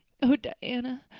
oh, diana,